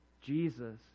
Jesus